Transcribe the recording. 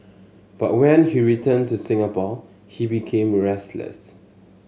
but when he returned to Singapore he became restless